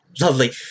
Lovely